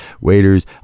waiters